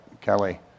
Kelly